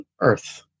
earth